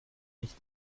nicht